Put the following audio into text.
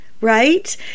right